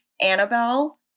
Annabelle